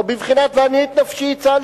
או בבחינת "ואני את נפשי הצלתי".